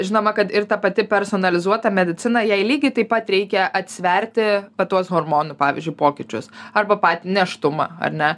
žinoma kad ir ta pati personalizuota medicina jai lygiai taip pat reikia atsverti va tuos hormonų pavyzdžiui pokyčius arba patį nėštumą ar ne